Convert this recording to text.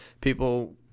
people